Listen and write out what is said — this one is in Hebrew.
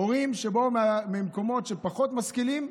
הורים שבאו ממקומות שהם פחות משכילים,